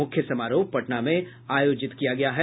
मुख्य समारोह पटना में आयोजित किया गया है